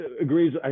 agrees